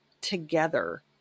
together